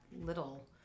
little